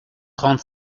trente